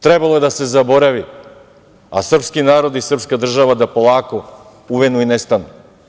Trebalo je da se zaboravi, a srpski narod i srpska država da polako uvenu i nestanu.